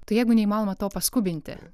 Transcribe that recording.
tai jeigu neįmanoma to paskubinti